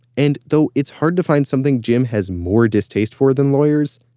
and, though it's hard to find something jim has more distaste for than lawyers,